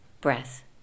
breath